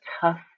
tough